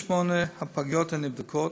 מ-28 הפגיות הנבדקות,